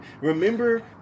Remember